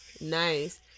Nice